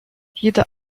jede